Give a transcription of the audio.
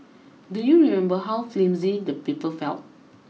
do you remember how flimsy the paper felt